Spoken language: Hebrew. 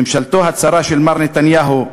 ממשלתו הצרה של מר נתניהו,